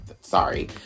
sorry